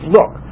Look